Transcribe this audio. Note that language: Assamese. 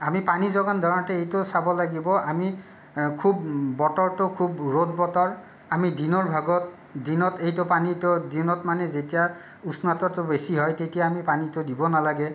আমি পানী যোগান ধৰোঁতে এইটো চাব লাগিব আমি খুব বতৰটো খুব ৰ'দ বতৰ আমি দিনৰ ভাগত দিনত এইটো পানীটো দিনত মানে যেতিয়া উষ্ণতাটো বেছি হয় তেতিয়া আমি পানীটো দিব নালাগে